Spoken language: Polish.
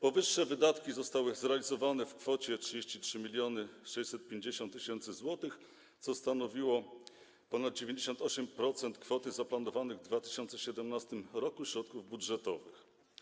Powyższe wydatki zostały zrealizowane w kwocie 33 650 tys. zł, co stanowiło ponad 98% kwoty zaplanowanych w 2017 r. środków budżetowych.